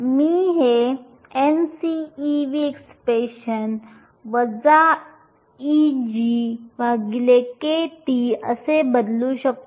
मी हे Nc Nvexp⁡kT असे बदलू शकतो